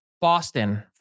Boston